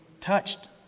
touched